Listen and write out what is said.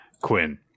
Quinn